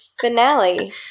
finale